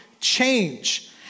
change